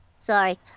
Sorry